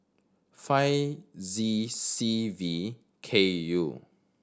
five Z C V K U